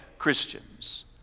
Christians